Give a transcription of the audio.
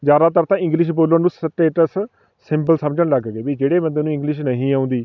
ਜ਼ਿਆਦਾਤਰ ਤਾਂ ਇੰਗਲਿਸ਼ ਬੋਲਣ ਨੂੰ ਸਟੇਟਸ ਸਿੰਬਲ ਸਮਝਣ ਲੱਗ ਗਏ ਵੀ ਜਿਹੜੇ ਬੰਦੇ ਨੂੰ ਇੰਗਲਿਸ਼ ਨਹੀਂ ਆਉਂਦੀ